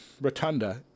Rotunda